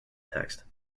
text